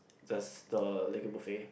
there's the like a buffet